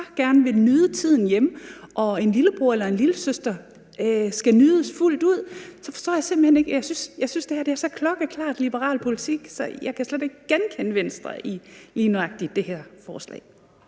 gerne vil nyde tiden hjemme og en lillebror eller en lillesøster skal nydes fuldt ud. Jeg forstår det simpelt hen ikke. Jeg synes, det her er så klokkeklar liberal politik, så jeg kan slet ikke genkende Venstre i lige nøjagtig det her forslag.